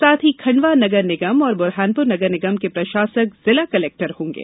साथ ही खंडवा नगर निगम व बुरहानपुर नगर निगम के प्रशासक जिला कलेक्टर होंगे